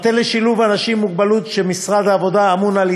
המטה לשילוב אנשים עם מוגבלות של משרד העבודה אמון על